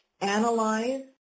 analyze